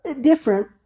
different